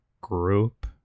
group